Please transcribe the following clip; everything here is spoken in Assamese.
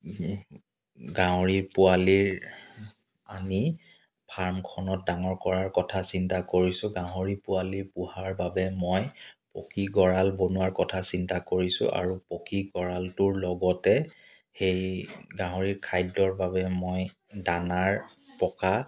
গাহৰি পোৱালিৰ আনি ফাৰ্মখনত ডাঙৰ কৰাৰ কথা চিন্তা কৰিছোঁ গাহৰি পোৱালি পোহাৰ বাবে মই পকী গঁড়াল বনোৱাৰ কথা চিন্তা কৰিছোঁ আৰু পকী গঁড়ালটোৰ লগতে সেই গাহৰিৰ খাদ্যৰ বাবে মই দানাৰ পকা